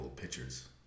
pictures